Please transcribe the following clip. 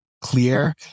clear